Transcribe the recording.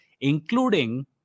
including